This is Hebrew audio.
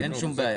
אין שום בעיה.